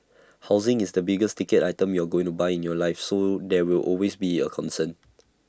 housing is the biggest ticket item you're going to buy in your life so there will always be A concern